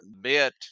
bit